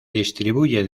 distribuye